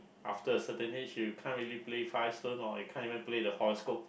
after a certain you should can't really play five stone or you can't even play the horoscope